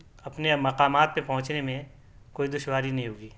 اپنے مقامات پہ پہنچنے میں کوئی دشواری نہیں ہوگی